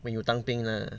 when you 当兵 lah